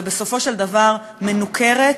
ובסופו של דבר מנוכרת,